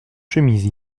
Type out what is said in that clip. chemise